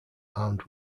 armed